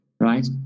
Right